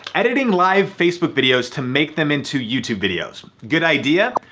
editing live facebook videos to make them into youtube videos. good idea,